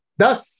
thus